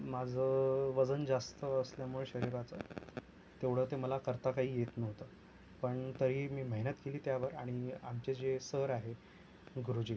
माझं वजन जास्त असल्यामुळे शरीराचं तेवढं ते मला करता काही येत नव्हतं पण तरीही मी मेहनत केली त्यावर आणि मी आमचे जे सर आहेत गुरुजी